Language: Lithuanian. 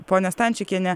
ponia stančikiene